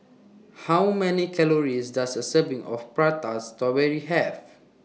How Many Calories Does A Serving of Prata Strawberry Have